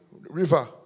River